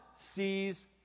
sees